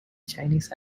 chinese